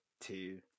two